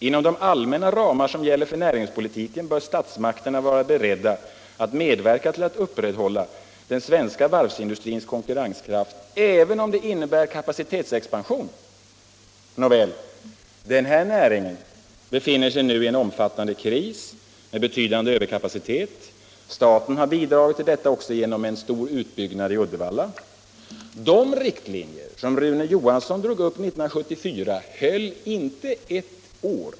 Inom de allmänna ramar som gäller för näringspolitiken bör statsmakterna vara beredda att medverka till ett upprätthållande av den svenska varvsindustrins konkurrenskraft även om det innebär kapacitetsexpansion.” Nåväl, denna näring befinner sig nu i en omfattande kris med betydande överkapacitet. Staten har bidragit till detta också genom en stor utbyggnad i Uddevalla. De riktlinjer som Rune Johansson drog upp 1974 höll inte ens ett år.